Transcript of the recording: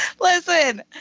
Listen